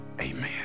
amen